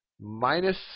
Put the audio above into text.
minus